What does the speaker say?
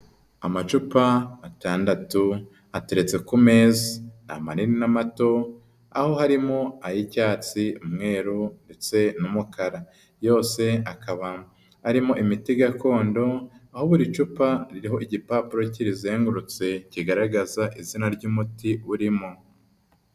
Amacupa atandatu ateretse ku meza , amanini n'amato aho harimo ay'icyatsi, umweru ndetse n'umukara, yose akaba arimo imiti gakondo aho buri cupa riho igipapuro kirizengurutse kigaragaza izina ry'umuti urimo.